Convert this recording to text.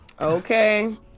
Okay